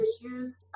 issues